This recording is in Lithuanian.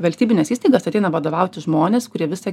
valstybines įstaigas ateina vadovauti žmonės kurie visą